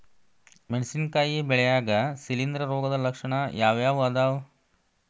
ಮೆಣಸಿನಕಾಯಿ ಬೆಳ್ಯಾಗ್ ಶಿಲೇಂಧ್ರ ರೋಗದ ಲಕ್ಷಣ ಯಾವ್ಯಾವ್ ಅದಾವ್?